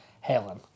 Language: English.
Helen